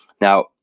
Now